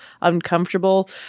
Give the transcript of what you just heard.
uncomfortable